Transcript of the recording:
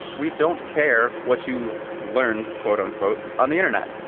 we don't care what you learned, quote unquote, on the internet.